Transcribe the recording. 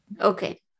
Okay